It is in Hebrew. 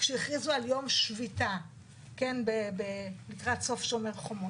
כשהכריזו על יום שביתה לקראת סוף "שומר חומות".